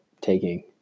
taking